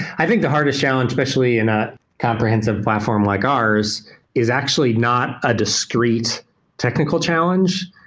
i think the hardest challenge especially in a comprehensive platform like ours is actually not a discreet technical challenge.